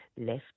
left